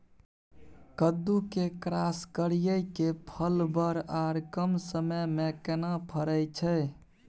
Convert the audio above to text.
कद्दू के क्रॉस करिये के फल बर आर कम समय में केना फरय छै?